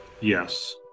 Yes